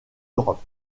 europe